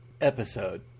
episode